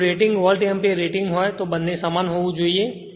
જો rating volt ampere rating હોય તો બંને સમાન હોવું જોઈએ